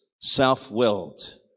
self-willed